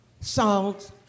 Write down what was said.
songs